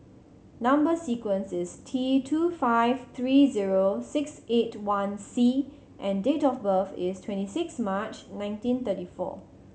number sequence is T two five three zero six eight one C and date of birth is twenty six March nineteen thirty four